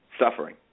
suffering